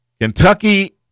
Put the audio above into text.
Kentucky